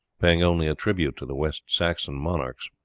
paying only a tribute to the west saxon monarchs.